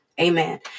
amen